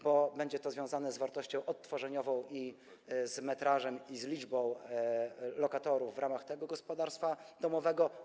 Będzie to związane z wartością odtworzeniową, z metrażem i z liczbą lokatorów w ramach gospodarstwa domowego.